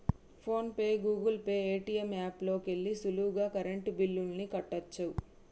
phone pay, Google Pay, Paytm app లోకెల్లి సులువుగా current బిల్లుల్ని కట్టచ్చు